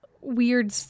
weird